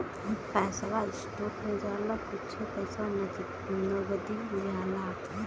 पैसवा स्टोक मे जाला कुच्छे पइसा नगदी जाला